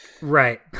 right